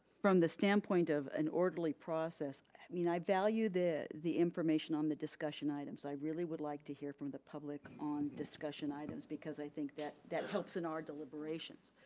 from the standpoint of an orderly process, i mean i value the the information on the discussion items. i really would like to hear from the public on discussion items, because i think that that helps in our deliberations.